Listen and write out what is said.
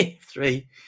three